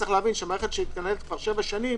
יש להבין שמערכת שמתנהלת שבע שנים